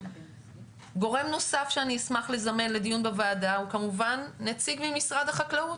גורם נוסף שאני אשמח לזמן לדיון בוועדה הוא כמובן נציג ממשרד החקלאות,